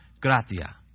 gratia